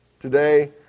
today